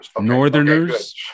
northerners